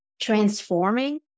transforming